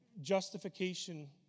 justification